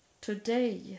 today